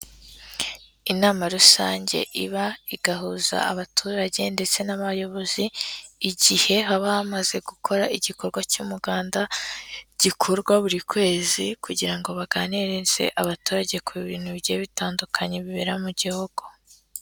Inama rusange iba igahuza abaturage ndetse n'abayobozi, igihe haba hamaze gukora igikorwa cy'umuganda gikorwa buri kwezi, kugira ngo baganirize abaturage ku bintu bigiye bitandukanye bibera mu gihugu.